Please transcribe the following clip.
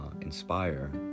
inspire